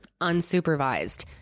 unsupervised